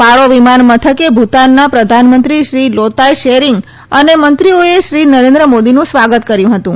પારો વિમાન મથકે ભૂતાનના પ્રધાનમંત્રી શ્રી લોતાય સેરિંગ અને મંત્રીઓએ શ્રી નરેન્દ્ર મોદીનું સ્વાગત કર્યું હતું